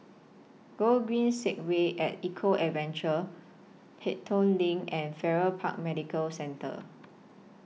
Gogreen Segway and Eco Adventure Pelton LINK and Farrer Park Medical Centre